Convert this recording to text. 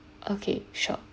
okay sure